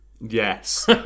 Yes